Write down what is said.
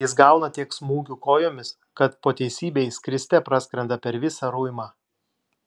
jis gauna tiek smūgių kojomis kad po teisybei skriste praskrenda per visą ruimą